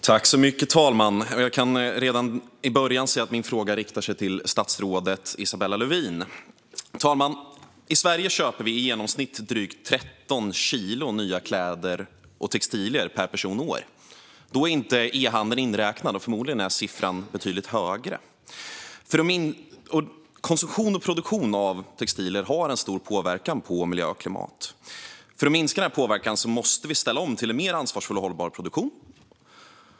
Herr talman! Min fråga riktar sig till statsrådet Isabella Lövin. I Sverige köper vi i genomsnitt drygt 13 kilo nya kläder och textilier per person och år. Då är inte e-handeln inräknad, och förmodligen är siffran betydligt högre. Konsumtion och produktion av textilier har en stor påverkan på miljö och klimat. För att minska den påverkan måste vi ställa om till en mer ansvarsfull och hållbar produktion.